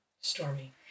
Stormy